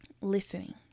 listening